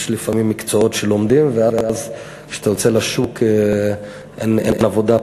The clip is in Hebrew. לפעמים לומדים מקצועות וכשיוצאים לשוק אין עבודה.